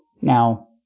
Now